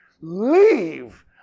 leave